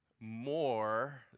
more